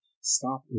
Stop